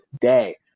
day